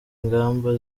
ingamba